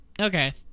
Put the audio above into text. Okay